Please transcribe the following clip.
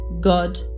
God